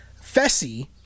Fessy